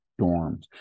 dorms